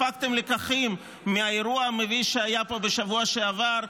הפקתם לקחים מהאירוע המביש שהיה פה בשבוע שעבר,